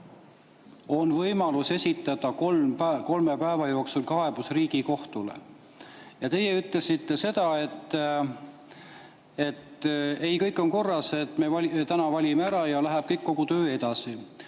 on võimalus esitada kolme päeva jooksul kaebus Riigikohtule. Ja teie ütlesite seda, et kõik on korras, et me täna valime ära ja läheb kogu töö edasi.